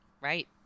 right